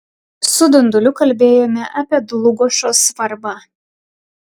su dunduliu kalbėjome apie dlugošo svarbą